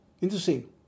Interesting